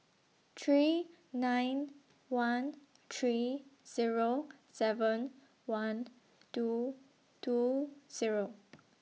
three nine one three Zero seven one two two Zero